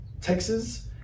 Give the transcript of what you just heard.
Texas